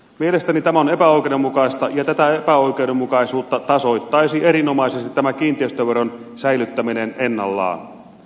mielestäni tämä on epäoikeudenmukaista ja tätä epäoikeudenmukaisuutta tasoittaisi erinomaisesti tämä kiinteistöveron säilyttäminen ennallaan